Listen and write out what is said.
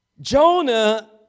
Jonah